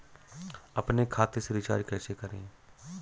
अपने खाते से रिचार्ज कैसे करें?